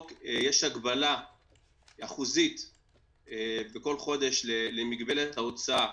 יש הגבלה אחוזית בכל חודש למגבלת ההוצאה